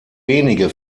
wenige